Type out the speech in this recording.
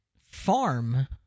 farm